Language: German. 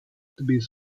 bis